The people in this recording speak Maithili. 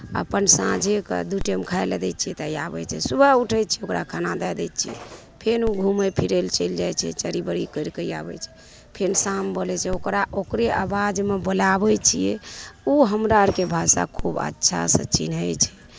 अपन सांँझे कऽ दू टेम खाए लऽ दै छियै तऽ आबै छै सुबह उठै छियै ओकरा खाना दै दइ छियै फेन ओ घुमै फिरै लऽ चलि जाइ छै चरी बरी करि कऽ आबै छै फेन साम बोलै छै ओकरा ओकरे अबाजमे बोलाबै छियै ओ हमरा आर कऽ भाषा खूब अच्छासँ चीन्हैत छै